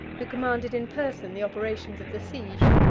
who commanded in person the operations of the siege.